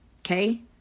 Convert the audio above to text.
Okay